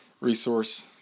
resource